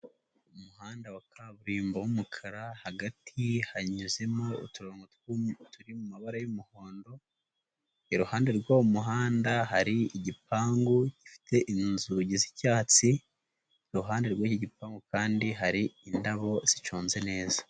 Umuhanda wa kaburimbo w'umukara hagati hanyuzemo uturongo turi mabara y'umuhondo iruhande rw'uwo muhanda hari igipangu gifite inzugi z'icyatsi, iruhande rw'igipangu kandi hari indabo ziconze neza.